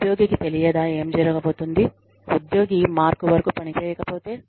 ఉద్యోగికి తెలియదా ఏమి జరగబోతోంది ఉద్యోగి మార్క్ వరకు పని చేయకపోతే